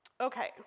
Okay